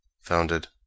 founded